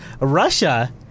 Russia